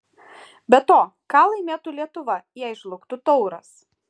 be to ką laimėtų lietuva jei žlugtų tauras